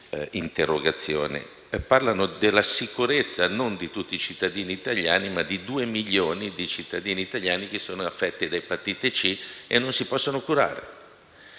parlano queste interrogazioni? Parlano della sicurezza, non di tutti i cittadini italiani, ma di due milioni di cittadini italiani, che sono affetti da epatite C e che non si possono curare,